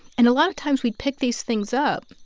and a lot of times we'd pick these things up,